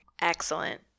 Excellent